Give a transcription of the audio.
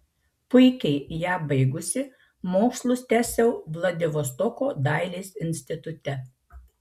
puikiai ją baigusi mokslus tęsiau vladivostoko dailės institute